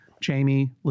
Jamie